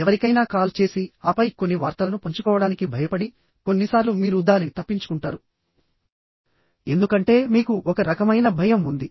ఎవరికైనా కాల్ చేసి ఆపై కొన్ని వార్తలను పంచుకోవడానికి భయపడి కొన్నిసార్లు మీరు దానిని తప్పించుకుంటారు ఎందుకంటే మీకు ఒక రకమైన భయం ఉంది